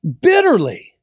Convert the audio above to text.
bitterly